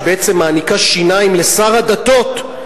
שבעצם מעניקה שיניים למשרד הדתות,